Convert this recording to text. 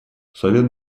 совет